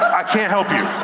i can't help you.